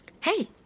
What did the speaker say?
Hey